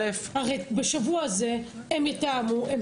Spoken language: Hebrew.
הרי בשבוע הזה הם יתאמו.